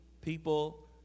people